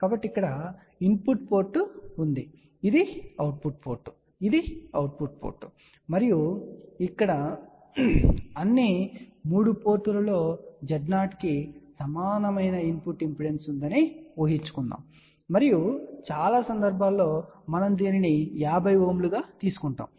కాబట్టి ఇక్కడ input port ఉంది ఇది అవుట్ పుట్ పోర్ట్ ఇది అవుట్ పుట్ పోర్ట్ మరియు ఇక్కడ మనము అన్ని 3 పోర్టులలో Z0 కి సమానమైన ఇన్ పుట్ ఇంపిడెన్స్ ఉందని ఊహిస్తున్నాము మరియు చాలా సందర్భాల్లో మనం దీనిని 50 Ω గా తీసుకుంటాము